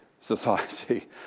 society